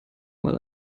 mal